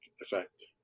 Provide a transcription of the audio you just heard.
effect